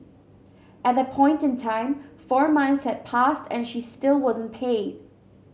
at that point in time four months had passed and she still wasn't paid